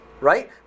right